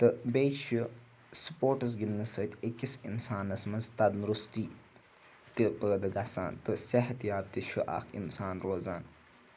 تہٕ بیٚیہِ چھِ سپوٹٕس گِنٛدنہٕ سۭتۍ أکِس اِنسانَس منٛز تنٛدرُستی تہِ پٲدٕ گژھان تہٕ صحتیاب تہِ چھُ اَکھ اِنسان روزان